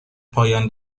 پایان